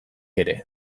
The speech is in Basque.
ere